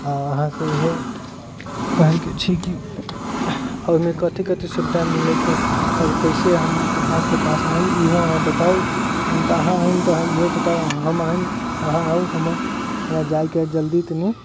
आ अहाँ से इहे कहय के छै कि ओहिमे कथी कथी से टाइम मिलले तऽ आओर कैसे हम अहाँके पास आयब इहो अहाँ बताउ तऽ अहाँ आयब तऽ इहो बताऊँ हम आयब अहाँ आउ हमरा जायके है जल्दी तनी